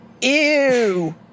Ew